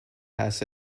has